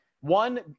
one